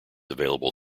available